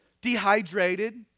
dehydrated